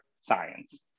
Science